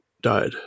died